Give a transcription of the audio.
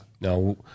No